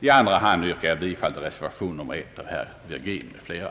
I andra hand yrkar jag bifall till reservation 1 av herr Virgin m.fl.